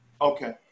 Okay